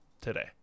today